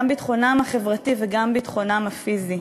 גם ביטחונם החברתי וגם ביטחונם הפיזי.